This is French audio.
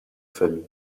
famille